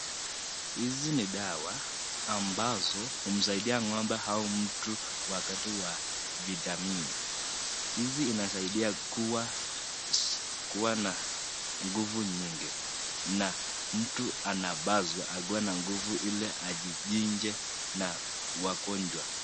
Hizi ni dawa ambazo humsaidia ngombe au mtu wakati wa vitamini. Hizi inasaidia kuwa na nguvu nyingi na mtu anapaswa akuwe na nguvu ili ajijinje na wagonjwa.